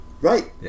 Right